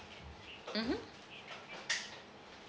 mmhmm